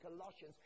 Colossians